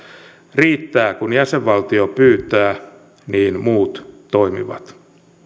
riittää kun jäsenvaltio pyytää niin muut toimivat